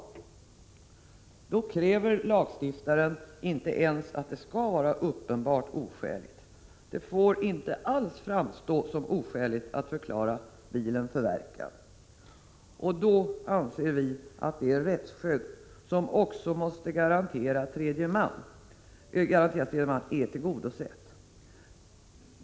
Inte ens då kräver lagstiftaren att det skall vara uppenbart oskäligt. Det får inte alls framstå som oskäligt att förklara bilen förverkad, och då anser vi att det rättsskydd som också måste garanteras tredje man är tillgodosett.